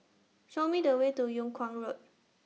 Show Me The Way to Yung Kuang Road